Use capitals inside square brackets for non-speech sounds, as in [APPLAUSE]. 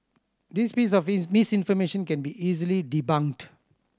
this piece of [UNINTELLIGIBLE] misinformation can be easily debunked